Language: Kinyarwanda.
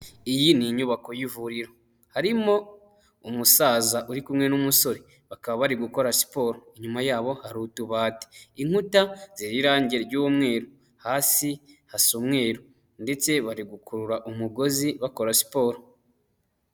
Iyi n’inyubako y'ivuriro harimo umusaza uri kumwe n'umusore, bakaba bari gukora siporo. Inyuma yabo har’utubati, inkuta zirih’irangi ry'umweru, hasi hasa umweru ndetse bari gukurura umugozi bakora siporo.